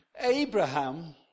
Abraham